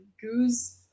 Goose